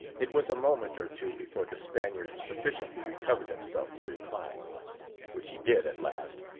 it was a moment or two before the spaniard sufficiently recovered himself to reply which he did, at last,